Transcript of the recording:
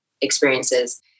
experiences